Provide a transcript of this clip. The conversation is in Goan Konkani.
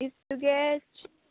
इफ तुगे